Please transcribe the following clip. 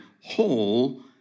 whole